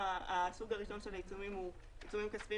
הסוג הראשון של העיצומים הוא עיצומים כספיים